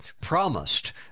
promised